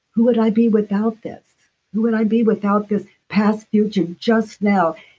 who would i be without this? who would i be without this past, future, just now?